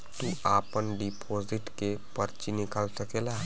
तू आपन डिपोसिट के पर्ची निकाल सकेला